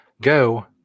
Go